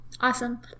Awesome